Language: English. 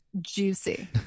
Juicy